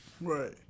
Right